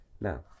Now